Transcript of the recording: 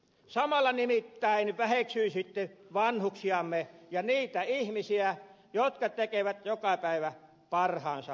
samalla nimittäin väheksyisitte vanhuksiamme ja niitä ihmisiä jotka tekevät joka päivä parhaansa vanhustemme hyväksi